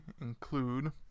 include